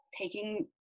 taking